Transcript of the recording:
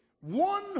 one